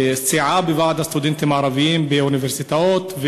סיעה בוועד הסטודנטים הערבים באוניברסיטאות,